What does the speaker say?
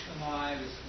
lives